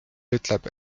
ütleb